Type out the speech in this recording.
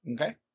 Okay